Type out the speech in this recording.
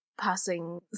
passing